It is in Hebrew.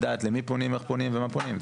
לדעת למי פונים, איך פונים, מה פונים.